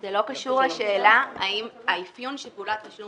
זה לא קשור לשאלה האם האפיון של פעולת תשלום